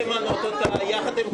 צריך למנות אותה יחד עם כולם.